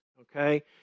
okay